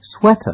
sweater